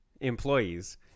employees